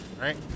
Right